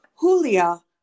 Julia